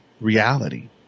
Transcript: reality